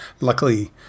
luckily